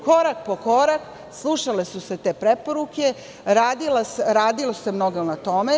Korak po korak, slušale su se te preporuke, radilo se mnogo na tome.